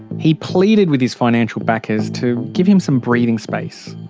he pleaded with his financial backers to give him some breathing space.